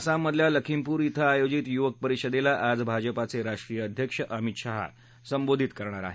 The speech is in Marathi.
आसाममधल्या लखीमपूर ॐ आयोजित युवक परिषदेला आज भाजपाचे राष्ट्रीय अध्यक्ष अमित शहा संबोधित करणार आहेत